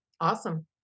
awesome